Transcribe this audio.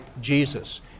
Jesus